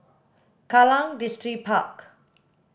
Kallang Distripark